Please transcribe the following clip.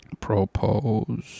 propose